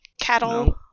cattle